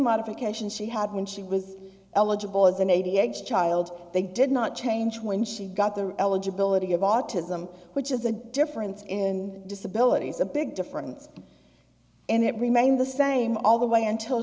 modification she had when she was eligible as an a d h child they did not change when she got the eligibility of autism which is the difference in disability a big difference and it remained the same all the way until